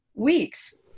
weeks